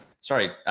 Sorry